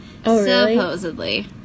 Supposedly